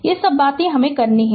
ये सब बातें हमें करनी हैं